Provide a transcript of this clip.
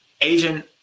agent